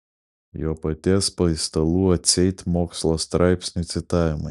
jo paties paistalų atseit mokslo straipsnių citavimai